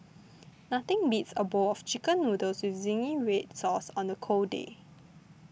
nothing beats a bowl of Chicken Noodles with Zingy Red Sauce on a cold day